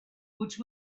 which